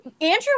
Andrew